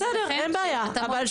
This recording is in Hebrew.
מעולה,